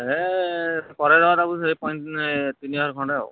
ହେ ପରେ ଦେବା ତାକୁ ସେଇ ତିନି ହଜାର ଖଣ୍ଡ ଆଉ